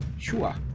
shua